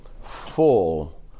full